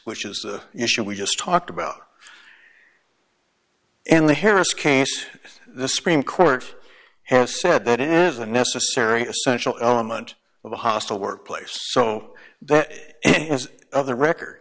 which is the issue we just talked about in the harris case the supreme court has said that it is a necessary essential element of a hostile workplace so that is of the record